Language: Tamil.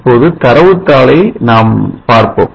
இப்போது தரவுத்தாளை நாம் பார்ப்போம்